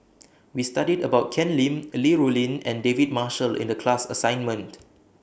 We studied about Ken Lim Li Rulin and David Marshall in The class assignment